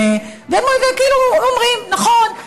נכון,